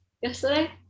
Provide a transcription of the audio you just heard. Yesterday